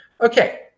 okay